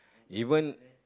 even